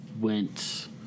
went